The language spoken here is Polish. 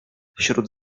wśród